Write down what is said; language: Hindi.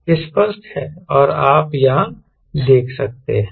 यह स्पष्ट है और आप यहां देख सकते हैं